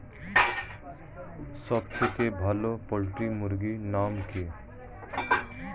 সবথেকে ভালো পোল্ট্রি মুরগির নাম কি?